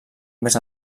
més